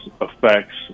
affects